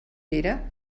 pere